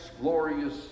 glorious